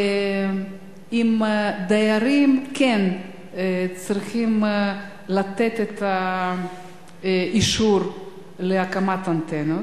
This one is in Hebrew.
האם דיירים צריכים לתת את האישור להקמת אנטנות?